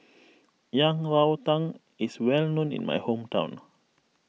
Yang Rou Tang is well known in my hometown